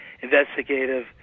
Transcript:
investigative